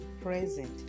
present